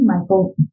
Michael